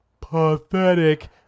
pathetic